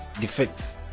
defects